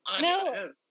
No